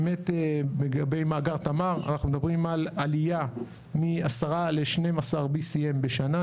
לגבי מאגר תמר אנחנו מדברים על עלייה מ-10 ל-BCM12 בשנה.